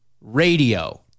radio